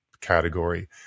category